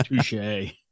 Touche